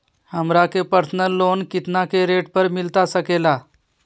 हमरा के personal loan कितना के रेट पर मिलता सके ला?